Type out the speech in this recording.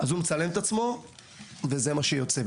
אז מצלם את עצמו וזה מה שיוצא.